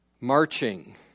marching